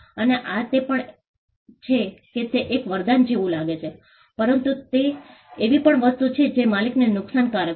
અને આ તે પણ છે કે તે એક વરદાન જેવું લાગે છે પરંતુ તે એવી પણ વસ્તુ છે જે માલિકને નુકસાનકારક છે